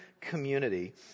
community